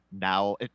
now